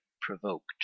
provoked